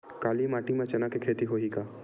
काली माटी म चना के खेती होही का?